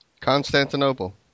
Constantinople